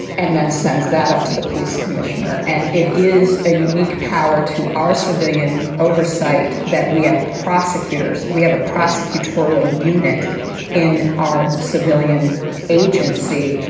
and then sends that up to the police commissioner. and it is a unique power to our civilian oversight that we have prosecutors. we have a prosecutorial unit in our civilian agency.